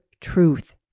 truth